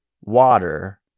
water